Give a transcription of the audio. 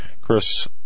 Chris